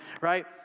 Right